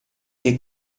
che